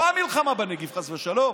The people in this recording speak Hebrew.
לא המלחמה בנגיף, חס ושלום,